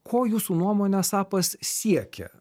ko jūsų nuomone sapas siekia